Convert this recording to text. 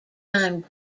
time